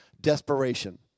Desperation